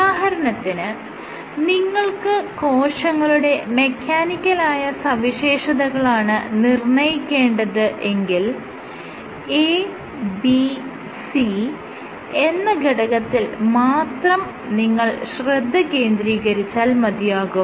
ഉദാഹരണത്തിന് നിങ്ങൾക്ക് കോശങ്ങളുടെ മെക്കാനിക്കലായ സവിശേഷതകളാണ് നിർണ്ണയിക്കേണ്ടത് എങ്കിൽ ABC എന്ന ഘടകത്തിൽ മാത്രം നിങ്ങൾ ശ്രദ്ധ കേന്ദ്രീകരിച്ചാൽ മതിയാകും